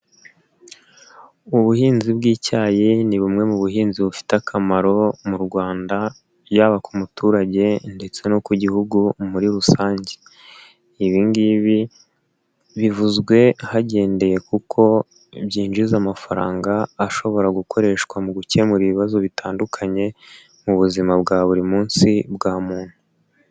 Ubuhinzi bw'icyayi ni bumwe mu buhinzi bufite akamaro mu Rwanda yaba ku muturage ndetse no ku gihugu muri rusange, ibi ngibi bivuzwe hagendewe kuko byinjiza amafaranga ashobora gukoreshwa mu gukemura ibibazo bitandukanye mu buzima bwa buri munsi bwa muntu.